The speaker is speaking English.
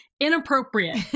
Inappropriate